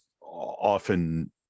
often